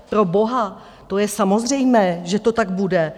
Proboha, to je samozřejmé, že to tak bude.